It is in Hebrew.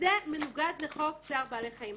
זה מנוגד לחוק צער בעלי חיים.